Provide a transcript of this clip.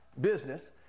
business